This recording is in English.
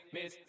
Miss